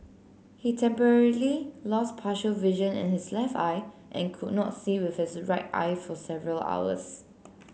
he temporarily lost partial vision in his left eye and could not see with his right eye for several hours